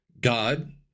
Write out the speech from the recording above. God